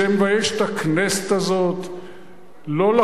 זה מבייש את הכנסת הזאת.